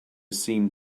seemed